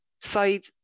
side